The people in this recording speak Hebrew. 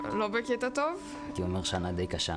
הכרת הטוב זה מידה נורא חשובה.